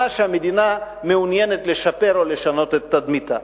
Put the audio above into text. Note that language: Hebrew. המדינה מעוניינת לשפר או לשנות את תדמיתה.